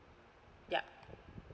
ya